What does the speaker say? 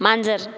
मांजर